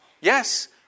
yes